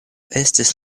estis